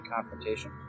confrontation